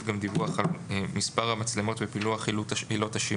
גם דיווח על מספר המצלמות של פילוח עילות השימוש.